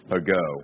ago